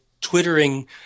twittering